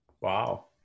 Wow